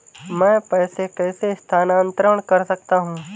मैं पैसे कैसे स्थानांतरण कर सकता हूँ?